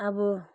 अब